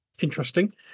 Interesting